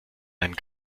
einen